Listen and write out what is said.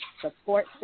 support